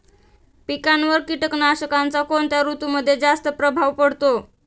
पिकांवर कीटकनाशकांचा कोणत्या ऋतूमध्ये जास्त प्रभाव पडतो?